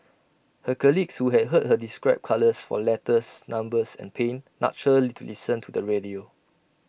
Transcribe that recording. her colleague who had heard her describe colours for letters numbers and pain nudged her to listen to the radio